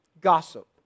Gossip